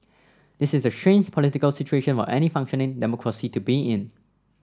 this is a strange political situation for any functioning democracy to be in